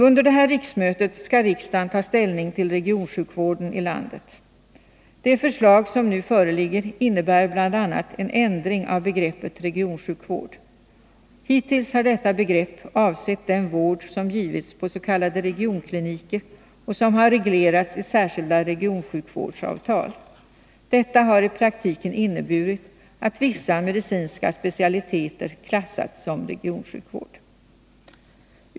Under detta riksmöte skall riksdagen ta ställning till regionsjukvården i landet. Det förslag som nu föreligger innebär bl.a. en ändring av begreppet regionsjukvård. Hittills har detta begrepp avsett den vård som givits på s.k. regionkliniker och som har reglerats i särskilda regionsjukvårdsavtal. Detta har i praktiken inneburit att vissa medicinska specialiteter klassats som regionsjukvård.